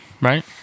Right